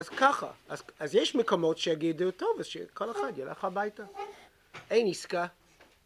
אז ככה, אז יש מקומות שיגידו, טוב, אז שכל אחד ילך הביתה, אין עסקה.